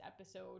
episode